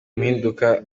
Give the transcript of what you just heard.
mpinduka